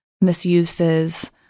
misuses